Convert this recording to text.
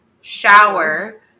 shower